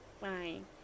fine